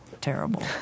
terrible